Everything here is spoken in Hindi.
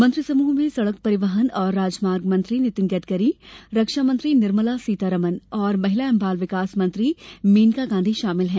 मंत्रिसमूह में सड़क परिवहन और राजमार्ग मंत्री नितिन गडकरी रक्षा मंत्री निर्मला सीतारमण और महिला एवं बाल विकास मंत्री मेनका गांधी शामिल हैं